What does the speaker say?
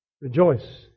Rejoice